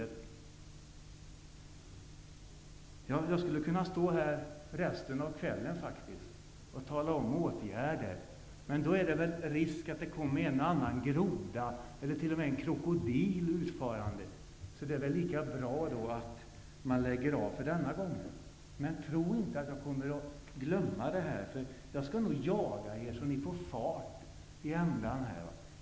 Jag skulle faktiskt kunna stå här resten av kvällen och tala om åtgärder. Men risken finns då att det kommer en och annan groda, eller t.o.m. en krokodil, utfarande. Därför är det väl lika bra att lägga av för denna gång. Men tro inte att jag kommer att glömma det här! Jag skall minsann jaga er, så det blir fart på er.